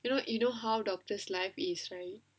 you know you know how doctors life is so